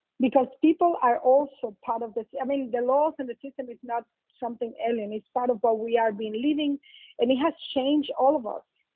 because people are also part of this. i mean, the laws and the system is not something alien. it's part of what we are living and it has changed all of us,